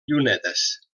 llunetes